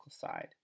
side